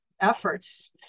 efforts